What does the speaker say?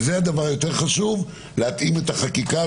הדבר היותר חשוב הוא להתאים את החקיקה,